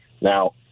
Now